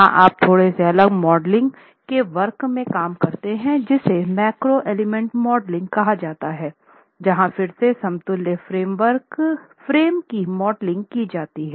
जहां आप थोड़े से अलग मॉडलिंग के वर्ग में काम करते हैं जिसे मैक्रो एलिमेंट मॉडलिंग कहा जाता है जहां फिर से समतुल्य फ्रेम की मॉडलिंग की जा रही है